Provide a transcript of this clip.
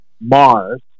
mars